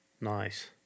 Nice